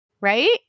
right